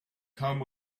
come